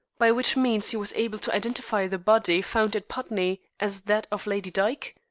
by which means he was able to identify the body found at putney as that of lady dyke?